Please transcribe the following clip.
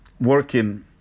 working